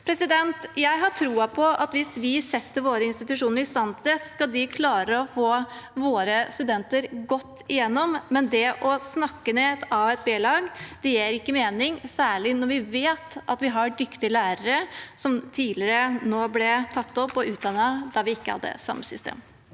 sårbare. Jeg har troen på at hvis vi setter våre institusjoner i stand til det, skal de klare å få våre studenter godt igjennom. Det å snakke om et a- og b-lag gir ikke mening, særlig ikke når vi vet at vi har dyktige lærere som tidligere ble tatt opp og utdannet da vi ikke hadde det samme systemet.